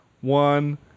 one